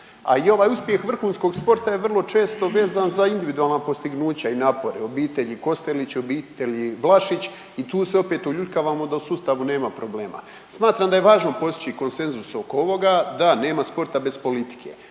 A i ovaj uspjeh vrhunskog sporta je vrlo često vezan za individualna postignuća i napore obitelji Kostelić i obitelji Vlašić i tu se opet uljuljkavamo da u sustavu nema problema. Smatram da je važno postići konsenzus oko ovoga, da nema sporta bez politike,